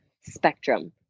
spectrum